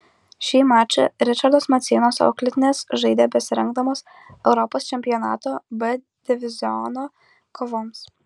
šį mačą ričardo maceinos auklėtinės žaidė besirengdamos europos čempionato b diviziono kovoms